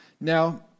Now